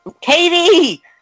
Katie